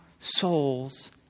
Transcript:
soul's